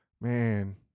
man